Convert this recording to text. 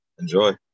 Enjoy